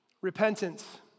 Repentance